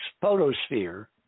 photosphere